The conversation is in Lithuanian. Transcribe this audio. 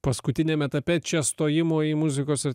paskutiniam etape čia stojimo į muzikos ir